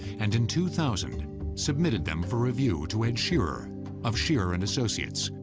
and in two thousand submitted them for review to ed shearer of shearer and associates,